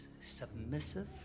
submissive